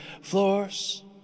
floors